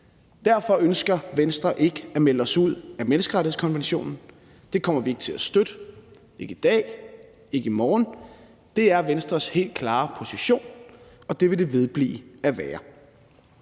Derfor ønsker Venstre ikke at melde os ud af menneskerettighedskonventionen. Det kommer vi ikke til at støtte, ikke i dag og ikke i morgen. Det er Venstres helt klare position, og det vil det vedblive at være.